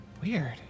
Weird